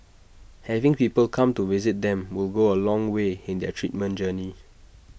having people come to visit them will go A long way in their treatment journey